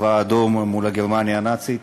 הצבא האדום מול גרמניה הנאצית.